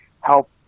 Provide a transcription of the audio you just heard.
help